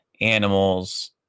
animals